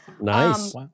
Nice